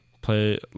play